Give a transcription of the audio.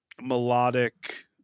melodic